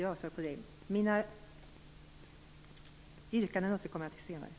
Mina yrkanden återkommer jag till senare.